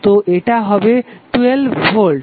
তো এটা হবে 12 ভোল্ট